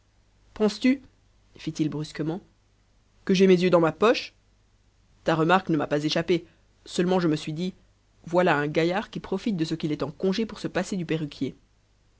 penses-tu fit-il brusquement que j'ai mes yeux dans ma poche ta remarque ne pas échappé seulement je me suis dit voilà un gaillard qui profite de ce qu'il est en congé pour se passer du perruquier